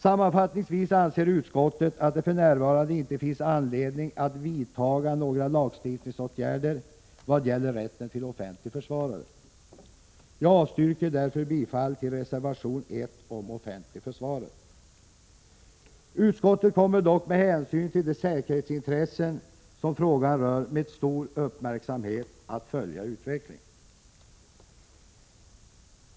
Sammanfattningsvis anser utskottet att det för närvarande inte finns anledning att vidta några lagstiftningsåtgärder i vad gäller rätten till offentlig försvarare. Jag avstyrker därför bifall till reservation 1 om offentlig försvarare. Utskottet kommer dock med hänsyn till de säkerhetsintressen som frågan rör att med stor uppmärksamhet följa utvecklingen.